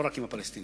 לא רק עם הפלסטינים,